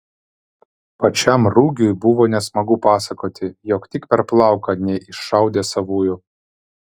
pačiam rugiui buvo nesmagu pasakoti jog tik per plauką neiššaudė savųjų